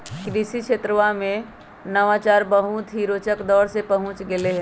कृषि क्षेत्रवा में नवाचार बहुत ही रोचक दौर में पहुंच गैले है